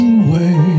away